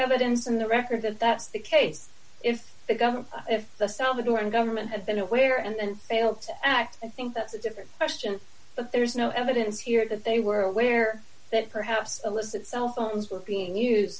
evidence in the record that that's the case if they go if the salvadoran government had been aware and failed to act i think that's a different question but there's no evidence here that they were aware that perhaps illicit cell phones were being use